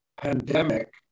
pandemic